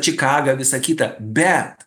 čikaga visa kita bet